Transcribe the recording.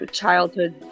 childhood